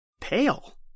pale